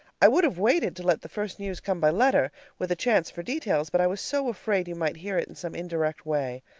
i would have waited to let the first news come by letter, with a chance for details, but i was so afraid you might hear it in some indirect way.